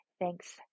Thanks